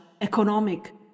economic